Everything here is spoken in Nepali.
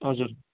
हजुर